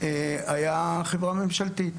היה חברה ממשלתית.